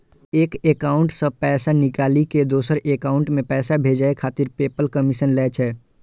एक एकाउंट सं पैसा निकालि कें दोसर एकाउंट मे पैसा भेजै खातिर पेपल कमीशन लै छै